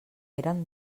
eren